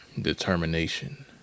Determination